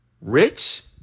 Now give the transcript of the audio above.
rich